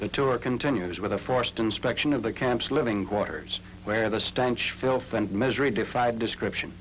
the tour continues with a forced inspection of the camps living quarters where the stench filth and measure a defied description